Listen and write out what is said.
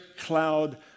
cloud